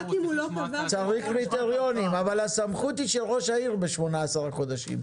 צריך קריטריונים אבל הסמכות היא של ראש העיר ב-18 חודשים,